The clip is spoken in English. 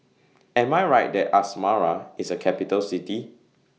Am I Right that Asmara IS A Capital City